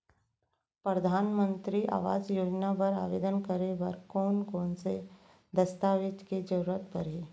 परधानमंतरी आवास योजना बर आवेदन करे बर कोन कोन से दस्तावेज के जरूरत परही?